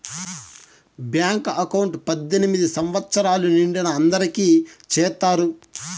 bank account పద్దెనిమిది సంవచ్చరాలు నిండిన అందరికి చేత్తారు